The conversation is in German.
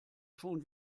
schon